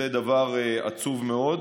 זה דבר עצוב מאוד.